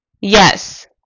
Yes